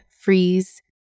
freeze